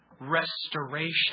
restoration